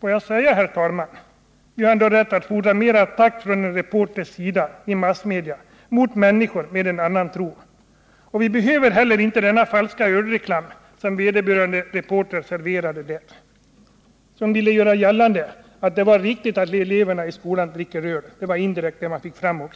Får jag, herr talman, säga att vi ändå har rätt att fordra mera takt från en massmediereporters sida när det gäller människor med en annan tro. Vi behöver inte heller denna falska ölreklam som vederbörande reporter serverade och som gick ut på att det var riktigt att skoleleverna dricker öl. Det var vad man indirekt fick fram av